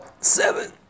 seven